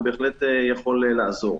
ובהחלט יכול לעזור.